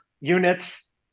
units